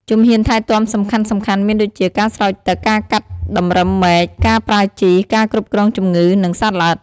ជំហានថែទាំសំខាន់ៗមានដូចជា ការស្រោចទឹក ការកាត់តម្រឹមមែក ការប្រើជី ការគ្រប់គ្រងជំងឺ និងសត្វល្អិត។